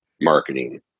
marketing